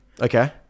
Okay